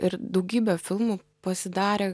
ir daugybė filmų pasidarė